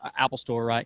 apple store, right,